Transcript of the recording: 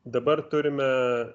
dabar turime